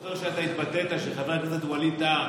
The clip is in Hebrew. אני לא זוכר שהתבטאת כשחבר הכנסת ווליד טאהא